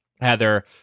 Heather